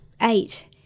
eight